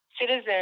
citizen